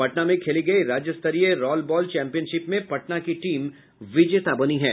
पटना में खेली गई राज्य स्तरीय रॉल बॉल चैंपियनशिप में पटना की टीम विजेता बनी है